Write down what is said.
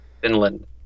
Finland